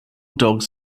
dogs